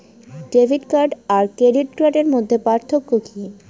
Debit card আর credit কার্ডের মধ্যে পার্থক্য কি?